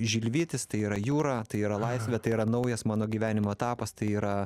žilvytis tai yra jūra tai yra laisvė tai yra naujas mano gyvenimo etapas tai yra